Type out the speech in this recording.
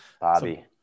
Bobby